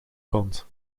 kant